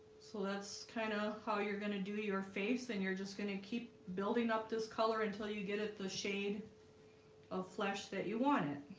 so that's kind of how you're going to do your face and you're just going to keep building up this color until you get it the shade of flesh that you want it,